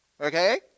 okay